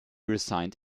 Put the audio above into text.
resigned